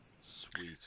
Sweet